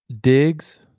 digs